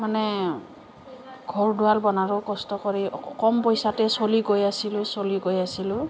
মানে ঘৰ দুৱাৰ বনালোঁ কষ্ট কৰি কম পইচাতে চলি গৈ আছিলোঁ চলি গৈ আছিলোঁ